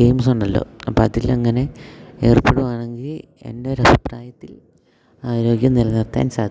games ഉണ്ടല്ലോ അപ്പം അതിലങ്ങനെ ഏർപ്പെടുവാണെങ്കിൽ എൻ്റെ ഒരു അഭിപ്രായത്തിൽ ആരോഗ്യം നിലനിർത്താൻ സാധിക്കും